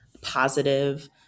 positive